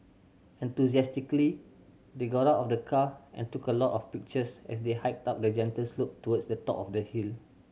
enthusiastically they got out of the car and took a lot of pictures as they hiked up a gentle slope towards the top of the hill